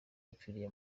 yapfiriye